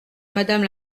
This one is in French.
madame